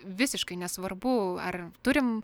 visiškai nesvarbu ar turim